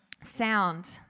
sound